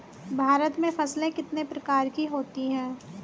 भारत में फसलें कितने प्रकार की होती हैं?